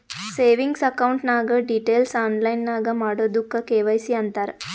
savings account ನಾಗ್ details online ನಾಗ್ ಮಾಡದುಕ್ ಕೆ.ವೈ.ಸಿ ಅಂತಾರ್